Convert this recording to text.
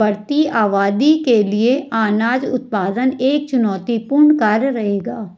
बढ़ती आबादी के लिए अनाज उत्पादन एक चुनौतीपूर्ण कार्य रहेगा